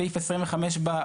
סעיף 25 בזיכיון,